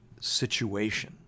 situation